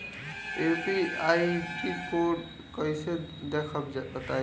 UPI code कैसे देखब बताई?